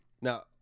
Now